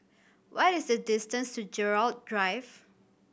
what is the distance to Gerald Drive